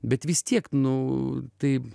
bet vis tiek nu tai